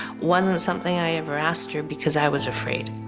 wasn't something i ever asked her because i was afraid.